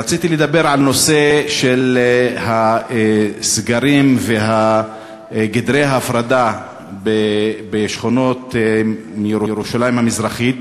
רציתי לדבר על הנושא של הסגרים וגדרות ההפרדה בשכונות ירושלים המזרחית,